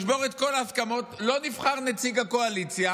נשבור את כל ההסכמות, לא נבחר נציג הקואליציה,